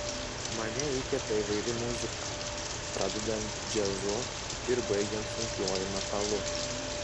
mane įkvepia įvairi muzika pradedant džiazu ir baigiant sunkiuoju metalu